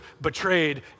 betrayed